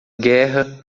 guerra